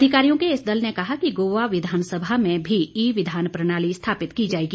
अधिकारियों के इस दल ने कहा कि गोवा विधानसभा में भी ई विधान प्रणाली स्थापित की जाएगी